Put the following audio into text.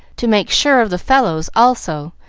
to make sure of the fellows also,